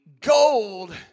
gold